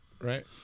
Right